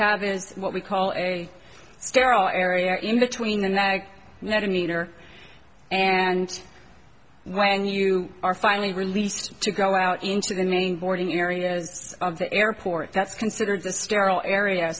have is what we call a sterile area in between that and that inner and when you are finally released to go out into the main boarding areas of the airport that's considered the sterile area